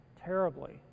terribly